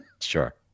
Sure